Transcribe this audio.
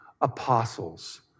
apostles